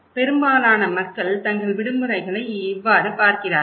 பெரும்பாலான மக்கள் தங்கள் விடுமுறைகளை இவ்வாறு பார்க்கிறார்கள்